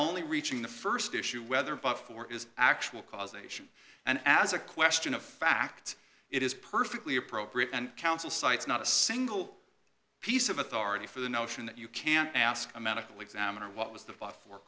only reaching the st issue whether but for is actual causation and as a question of fact it is perfectly appropriate and counsel cites not a single piece of authority for the notion that you can ask a medical examiner what was the vote for